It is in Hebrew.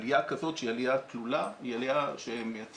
עלייה כזאת שהיא עלייה תלולה היא עלייה שמייצרת